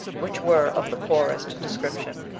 which were of the poorest description.